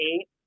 eight